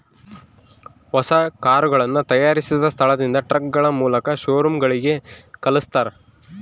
ಹೊಸ ಕರುಗಳನ್ನ ತಯಾರಿಸಿದ ಸ್ಥಳದಿಂದ ಟ್ರಕ್ಗಳ ಮೂಲಕ ಶೋರೂಮ್ ಗಳಿಗೆ ಕಲ್ಸ್ತರ